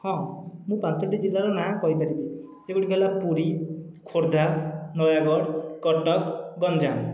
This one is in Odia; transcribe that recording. ହଁ ମୁଁ ପାଞ୍ଚୋଟି ଜିଲ୍ଲାର ନାଁ କହିପାରିବି ସେଗୁଡ଼ିକ ହେଲା ପୁରୀ ଖୋର୍ଦ୍ଧା ନୟାଗଡ଼ କଟକ ଗଞ୍ଜାମ